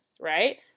right